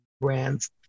brands